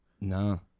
No